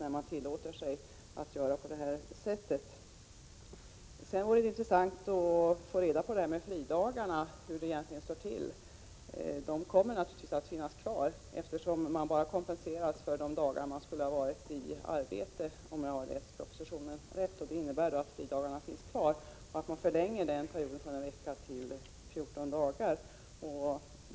Det vore intressant att få veta hur det egentligen är med fridagarna. De kommer naturligtvis att finnas kvar, eftersom man, om jag har läst propositionen rätt, kompenseras bara för de dagar man skulle ha varit i arbete. Det innebär att fridagarna finns kvar och att man förlänger den perioden från en vecka till 14 dagar.